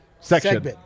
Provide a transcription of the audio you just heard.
segment